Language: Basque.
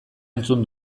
entzun